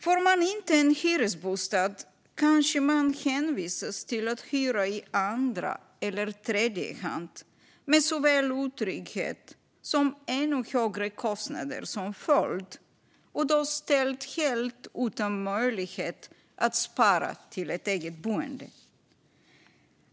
Får man inte en hyresbostad kanske man hänvisas till att hyra i andra eller tredje hand, med såväl otrygghet som ännu högre kostnader som följd - och då helt utan möjlighet att spara till ett eget boende.